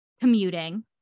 commuting